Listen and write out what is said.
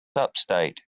upstate